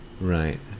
Right